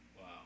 Wow